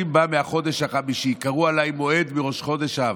בא מהחודש החמישי: קרא עליי מועד מראש חודש אב.